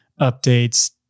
updates